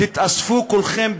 תתאספו כולכם,